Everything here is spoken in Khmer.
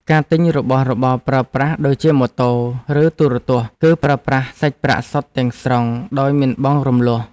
ការទិញរបស់របរប្រើប្រាស់ដូចជាម៉ូតូ ឬទូរទស្សន៍គឺប្រើប្រាស់សាច់ប្រាក់សុទ្ធទាំងស្រុងដោយមិនបង់រំលស់។